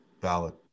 Valid